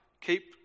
keep